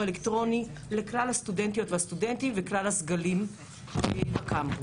אלקטרוני לכלל הסטודנטים והסטודנטיות וכלל הסגלים בקמפוס.